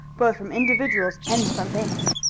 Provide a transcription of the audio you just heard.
both from individuals and from banks.